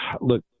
Look